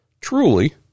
truly